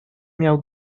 miał